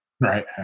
Right